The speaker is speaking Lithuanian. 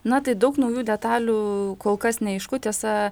na tai daug naujų detalių kol kas neaišku tiesa